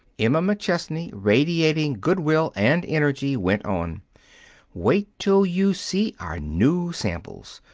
emma mcchesney, radiating good will and energy, went on wait till you see our new samples!